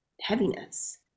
heaviness